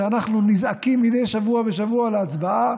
שאנחנו נזעקים מדי שבוע בשבוע להצבעה,